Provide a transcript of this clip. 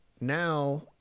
now